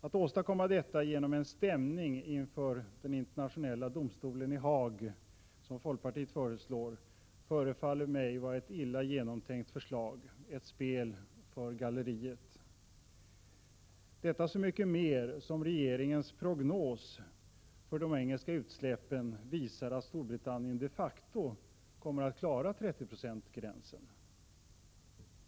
Att åstadkomma detta genom en stämning inför internationella domstolen i Haag, som folkpartiet föreslår, förefaller mig vara ett illa genomtänkt förslag, ett spel för galleriet, och detta så mycket mer som regeringens prognos för de engelska utsläppen visar att Storbritannien de facto kommer att klara 30-procentsgränsen.